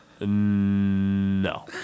No